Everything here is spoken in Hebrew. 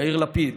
יאיר לפיד,